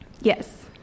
Yes